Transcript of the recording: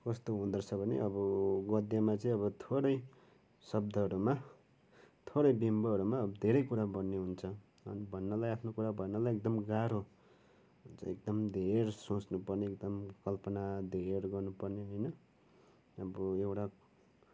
कस्तो हुँदोरहेछ भने अब गद्यमा चाहिँ अब थोरै शब्दहरूमा थोरै विम्बहरूमा धेरै कुरा भन्ने हुन्छ भन्नलाई आफ्नो कुरा भन्नलाई एकदम गाह्रो एकदम धेर सोच्नुपर्ने एकदम कल्पना धेर गर्नुपर्ने होइन अब एउटा